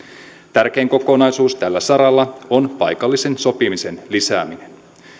tärkein kokonaisuus tällä saralla on paikallisen sopimisen lisääminen